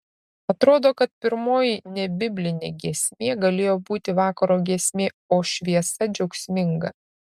atrodo kad pirmoji nebiblinė giesmė galėjo būti vakaro giesmė o šviesa džiaugsminga